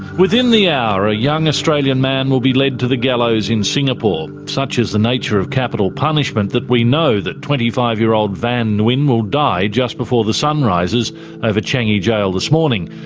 within the hour a young australian man will be led to the gallows in singapore. such is the nature of capital punishment that we know that twenty five year old van nguyen will die just before the sun rises over changi jail this morning,